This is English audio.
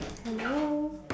hello